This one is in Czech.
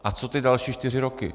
A co ty další čtyři roky?